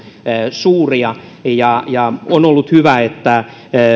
suuria ja ja on on ollut hyvä että